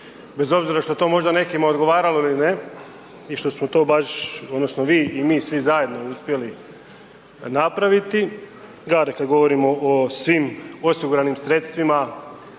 bez obzira što to možda nekima odgovaralo ili ne i što smo to baš odnosno vi i mi, svi zajedno uspjeli napraviti, kada govorimo o svim osiguranim sredstvima